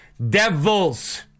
devils